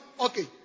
okay